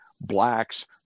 Black's